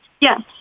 Yes